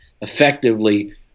effectively